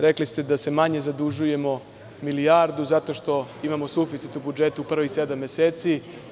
Rekli ste da se manje zadužujemo milijardu zato što imamo suficit u budžetu prvih sedam meseci.